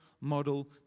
model